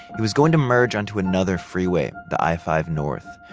he was going to merge onto another freeway, the i five north.